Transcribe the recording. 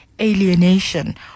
alienation